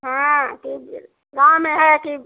हाँ तो व गाँव में है कि